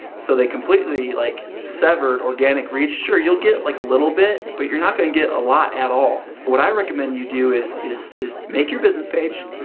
so they completely like severed organic reach. sure you'll get like a little bit, but you're not going to get a lot at all. what i recommend you do is is make your business page.